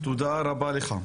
תודה רבה לך.